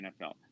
NFL